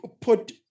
put